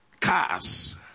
cars